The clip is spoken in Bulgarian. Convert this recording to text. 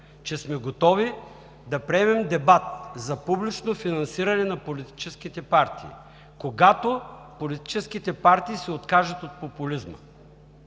че сме готови да приемем дебат за публично финансиране на политическите партии, когато политическите партии се откажат от популизма,